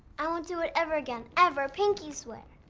i won't do it ever again. ever. pinky swear.